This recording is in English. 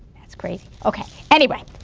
that's crazy. okay, anyway,